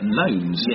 loans